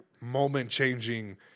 moment-changing